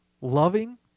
loving